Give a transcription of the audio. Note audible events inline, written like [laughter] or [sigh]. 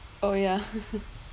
oh ya [laughs]